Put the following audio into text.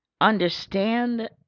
understand